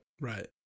right